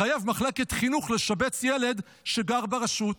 מחייב מחלקת חינוך לשבץ ילד שגר ברשות.